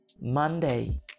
Monday